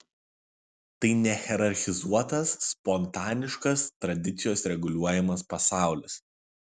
tai nehierarchizuotas spontaniškas tradicijos reguliuojamas pasaulis